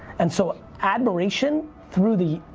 and so admiration through the,